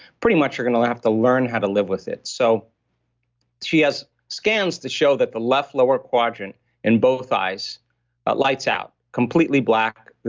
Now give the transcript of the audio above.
pretty much you're going to have to learn how to live with it so she has scans to show that the left lower quadrant in both eyes lights out completely black.